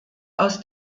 aus